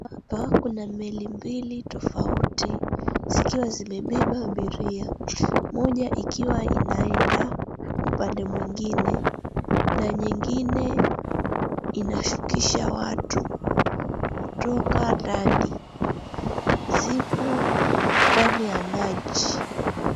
Hapa kuna meli mbili tofauti zikiwa zimebeba abiria: moja ikiwa inaenda upande mwingine na nyinyine inashukisha watu kutoka ndani. Ziko ndani ya maji.